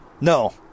No